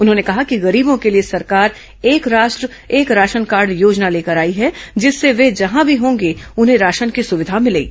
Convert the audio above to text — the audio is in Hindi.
उन्होंने कहा कि गरीबों के लिए सरकार एक राष्ट्र एक राशनकार्ड योजना लेकर आई है जिससे वे जहां भी होंगे उन्हें राशन की सुविधा मिलेगी